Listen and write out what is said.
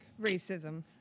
Racism